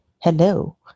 hello